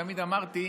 תמיד אמרתי: